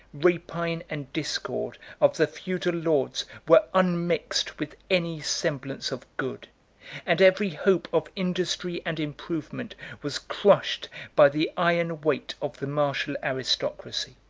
rapine, and discord of the feudal lords were unmixed with any semblance of good and every hope of industry and improvement was crushed by the iron weight of the martial aristocracy.